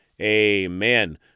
amen